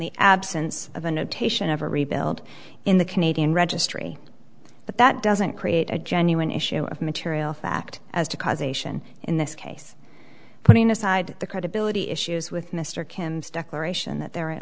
the absence of a notation ever rebuild in the canadian registry but that doesn't create a genuine issue of material fact as to causation in this case putting aside the credibility issues with mr kim stock aeration that they're